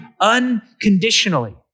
unconditionally